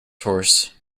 horse